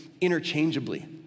interchangeably